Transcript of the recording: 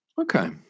Okay